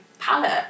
Palette